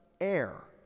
air